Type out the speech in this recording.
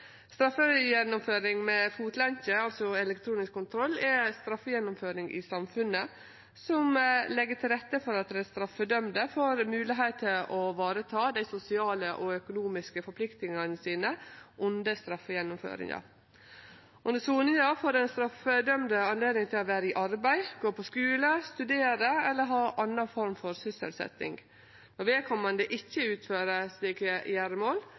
Straffegjennomføring med fotlenke, altså elektronisk kontroll, er ei straffegjennomføring i samfunnet som legg til rette for at dei straffedømde får moglegheit til å vareta dei sosiale og økonomiske forpliktingane sine under straffegjennomføringa. Under soninga får den straffedømde anledning til å vere i arbeid, gå på skule, studere eller ha anna form for sysselsetjing. Når vedkomande ikkje utfører slike gjeremål,